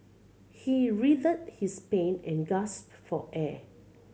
he writhed his pain and gasped for air